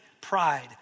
pride